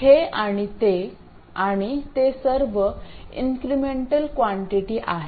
हे आणि ते आणि ते सर्व इन्क्रिमेंटल क्वांटिटी आहेत